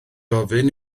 ofyn